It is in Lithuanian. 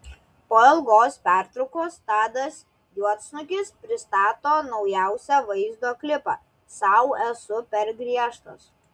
po ilgos pertraukos tadas juodsnukis pristato naujausią vaizdo klipą sau esu per griežtas